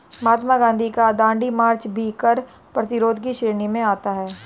महात्मा गांधी का दांडी मार्च भी कर प्रतिरोध की श्रेणी में आता है